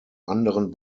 anderen